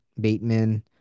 Bateman